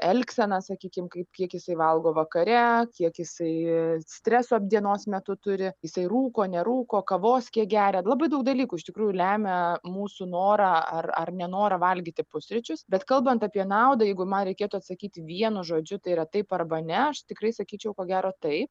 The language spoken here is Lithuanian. elgsena sakykim kaip kiek jisai valgo vakare kiek jisai streso dienos metu turi jisai rūko nerūko kavos kiek geria labai daug dalykų iš tikrųjų lemia mūsų norą ar ar nenorą valgyti pusryčius bet kalbant apie naudą jeigu man reikėtų atsakyti vienu žodžiu tai yra taip arba ne aš tikrai sakyčiau ko gero taip